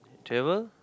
travel